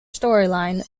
storyline